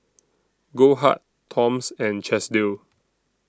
Goldheart Toms and Chesdale